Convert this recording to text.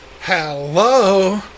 Hello